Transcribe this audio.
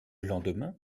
lendemain